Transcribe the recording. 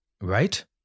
right